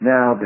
Now